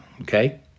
Okay